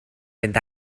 fynd